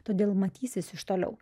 todėl matysis iš toliau